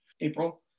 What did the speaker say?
April